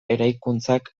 eraikuntzak